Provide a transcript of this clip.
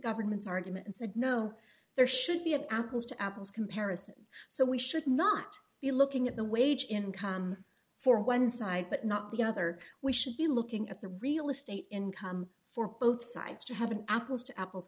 government's argument and said no there should be an apples to apples comparison so we should not be looking at the wage income for one side but not the other we should be looking at the real estate income for both sides to have an apples to apples